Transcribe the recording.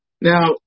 Now